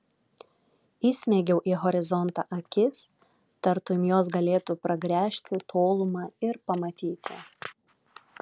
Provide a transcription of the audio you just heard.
įsmeigiau į horizontą akis tartum jos galėtų pragręžti tolumą ir pamatyti